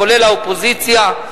כולל האופוזיציה,